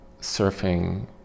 surfing